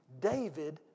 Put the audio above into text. David